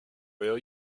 will